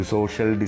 Social